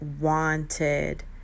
wanted